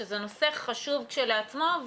זה נושא חשוב כשלעצמו.